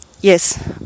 Yes